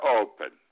open